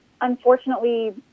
Unfortunately